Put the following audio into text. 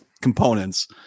components